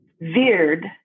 veered